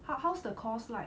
how how's the course like